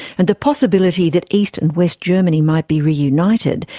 and the possibility that east and west germany might be reunited,